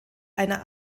einer